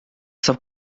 saab